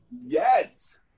Yes